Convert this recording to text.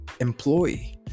employee